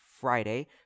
Friday